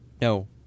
No